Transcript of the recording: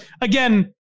again